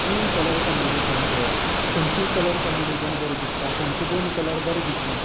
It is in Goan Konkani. ती कलर कोंबीनेशना घेवप खंयची कलर कोंबीनेशना बरी दिसता खंयची दोन कलर बरें दिसना